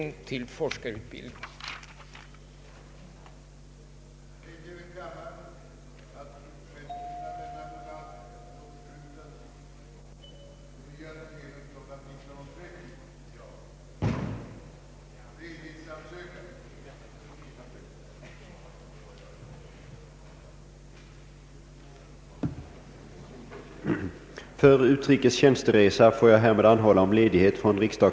För utrikes tjänsteresa får jag härmed anhålla om ledighet från riksdags